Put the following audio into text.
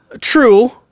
True